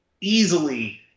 easily